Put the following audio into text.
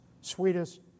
sweetest